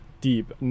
deep